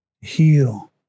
heal